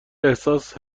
احساس